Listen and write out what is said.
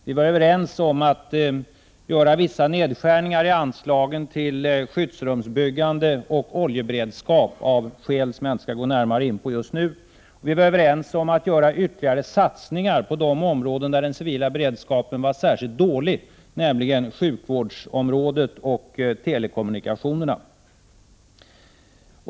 Vi var överens om att göra vissa nedskärningar i anslagen till skyddsrumsbyggande och oljeberedskap, av skäl som jag inte skall gå närmare in på just nu, och vi var överens om att göra ytterligare satsningar på de områden där den civila beredskapen var särskilt dålig, nämligen sjukvård och telekommunikationer.